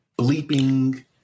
bleeping